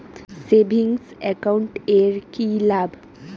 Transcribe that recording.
Savings account এর কি লাভ?